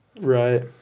Right